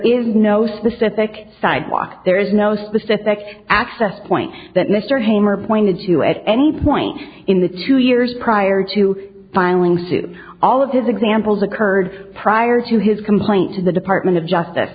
is no specific sidewalk there is no specific access point that mr hammer pointed to at any point in the two years prior to filing suit all of his examples occurred prior to his complaint to the department of justice